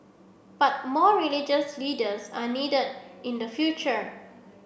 but more religious leaders are needed in the future